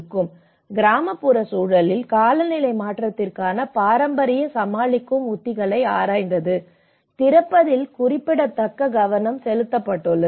FL 2543 முதல் 2811 வரை கிராமப்புற சூழலில் காலநிலை மாற்றத்திற்கான பாரம்பரிய சமாளிக்கும் உத்திகளை ஆராய்ந்து திறப்பதில் குறிப்பிடத்தக்க கவனம் செலுத்தப்பட்டுள்ளது